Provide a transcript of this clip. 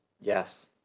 Yes